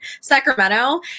Sacramento